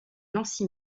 nancy